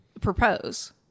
propose